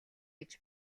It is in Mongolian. гэж